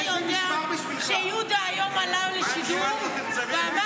אתה יודע שיהודה היום עלה לשידור ואמר